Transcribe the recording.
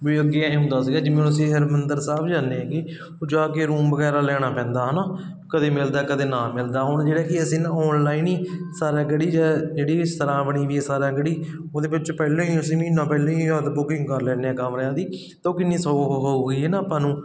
ਵੀ ਅੱਗੇ ਐਂ ਹੁੰਦਾ ਸੀਗਾ ਜਿਵੇਂ ਹੁਣ ਅਸੀਂ ਹਰਮਿੰਦਰ ਸਾਹਿਬ ਜਾਂਦੇ ਹੈਗੇ ਜਾ ਕੇ ਰੂਮ ਵਗੈਰਾ ਲੈਣਾ ਪੈਂਦਾ ਹੈ ਨਾ ਕਦੇ ਮਿਲਦਾ ਕਦੇ ਨਾ ਮਿਲਦਾ ਹੁਣ ਜਿਹੜਾ ਕਿ ਅਸੀਂ ਨਾ ਆਨਲਾਈਨ ਹੀ ਸਾਰਾਗੜੀ ਜਾਂ ਜਿਹੜੀ ਸਰਾਂ ਬਣੀ ਵੀ ਸਾਰਾਗੜੀ ਉਹਦੇ ਵਿੱਚ ਪਹਿਲਾਂ ਹੀ ਅਸੀਂ ਮਹੀਨਾ ਪਹਿਲਾਂ ਹੀ ਆਪਦਾ ਬੁਕਿੰਗ ਕਰ ਲੈਂਦੇ ਹਾਂ ਕਮਰਿਆਂ ਦੀ ਤਾਂ ਉਹ ਕਿੰਨੀ ਸੌਖ ਹੋਊਗੀ ਨਾ ਆਪਾਂ ਨੂੰ